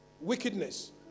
wickedness